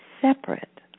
separate